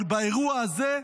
אבל באירוע הזה,